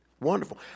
wonderful